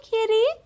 Kitty